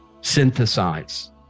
synthesize